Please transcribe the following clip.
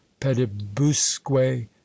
pedibusque